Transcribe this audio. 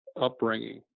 upbringing